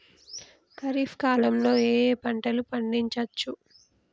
ఖరీఫ్ కాలంలో ఏ ఏ పంటలు పండించచ్చు?